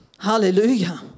Hallelujah